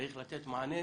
צריך לתת מענה.